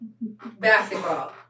basketball